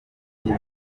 igihe